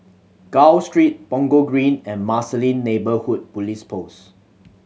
Gul Street Punggol Green and Marsiling Neighbourhood Police Post